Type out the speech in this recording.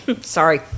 sorry